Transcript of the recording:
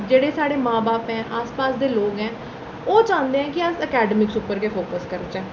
जेह्ड़े साढ़े मां ब्ब ऐ आस पास दे लोक ऐं ओह् चांह्दे न कि अस अकैडमिक उप्पर गै फोकस करचै